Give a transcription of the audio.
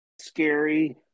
scary